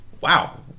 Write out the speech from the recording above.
Wow